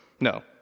No